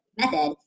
method